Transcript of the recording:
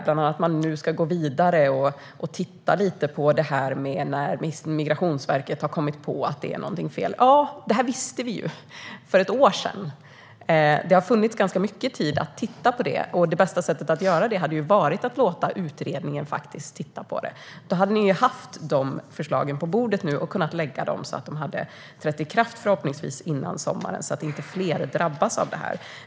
Bland annat ska man gå vidare och titta lite grann på det som handlar om att Migrationsverket har kommit på att det är någonting som är fel. Detta visste vi för ett år sedan. Det har funnits ganska mycket tid att titta på det. Det bästa sättet att göra det hade varit att låta utredningen faktiskt titta på det. Då hade ni haft dessa förslag på bordet nu och kunnat lägga fram dem, så att de förhoppningsvis hade trätt i kraft före sommaren så att inte fler drabbas av detta.